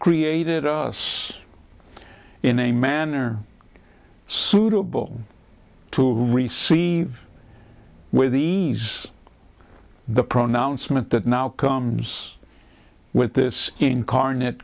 created us in a manner suitable to receive with these the pronouncement that now comes with this incarnate